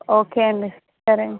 okay అండి సరే అండి